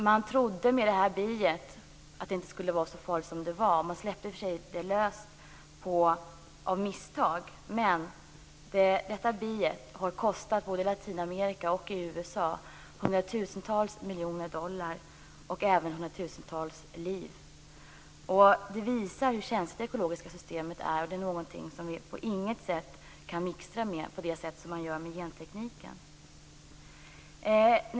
Man trodde inte att det här biet skulle vara så farligt som det var. Man släppte i och för sig löst det av misstag, men detta bi har i Latinamerika och USA kostat hundratusentals miljoner dollar och även hundratusentals liv. Det visar hur känsligt det ekologiska systemet är. Det är ingenting som vi kan mixtra med på det sätt som man gör med gentekniken.